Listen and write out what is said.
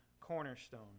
cornerstone